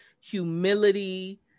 humility